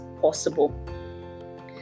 possible